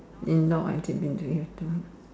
in no I tip into your toe